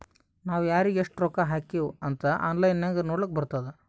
ನಾವ್ ಯಾರಿಗ್ ಎಷ್ಟ ರೊಕ್ಕಾ ಹಾಕಿವ್ ಅಂತ್ ಆನ್ಲೈನ್ ನಾಗ್ ನೋಡ್ಲಕ್ ಬರ್ತುದ್